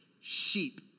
sheep